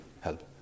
help